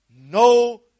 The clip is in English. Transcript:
No